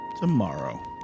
tomorrow